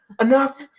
enough